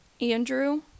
Andrew